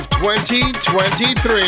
2023